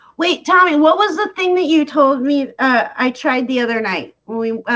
wait, tommy. what was the thing that you told me? i tried the other night when we